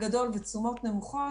גדול ותשומות נמוכות,